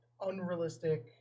unrealistic